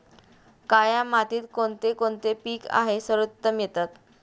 काया मातीत कोणते कोणते पीक आहे सर्वोत्तम येतात?